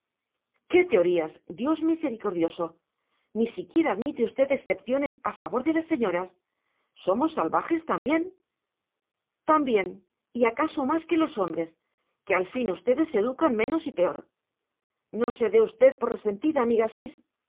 qué teorías dios misericordioso ni siquiera admite usted excepciones a favor de las señoras somos salvajes también también y acaso más que los hombres que al fin ustedes se educan menos y peor no se dé usted por resentida amiga asís